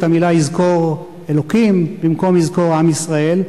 המלים "יזכור אלוקים" במקום "יזכור עם ישראל",